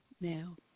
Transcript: now